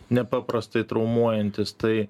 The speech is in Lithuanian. nepaprastai traumuojantis tai